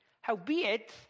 Howbeit